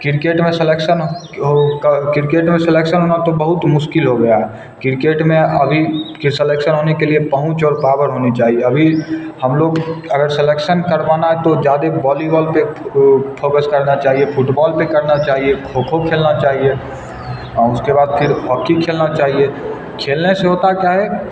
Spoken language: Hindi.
किरकेट में सलेक्शन हो का क्रिकेट में सलेक्शन होना तो बहुत मुश्किल हो गया है किरकेट में अभी के सलेक्शन होने के लिए पहुँच और पॉवर होनी चाहिए अभी हम लोग अगर सलेक्शन करवाना है तो ज़्यादा बॉलीबॉल पर वह फोकस करना चाहिए फुटबॉल पर करना चाहिए खो खो खेलना चाहिए और उसके बाद फिर हॉकी खेलना चाहिए खेलने से होता क्या है